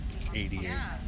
88